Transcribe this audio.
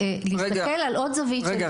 להסתכל על עוד זווית -- רגע,